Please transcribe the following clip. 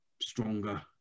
stronger